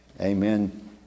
amen